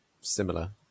similar